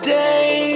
day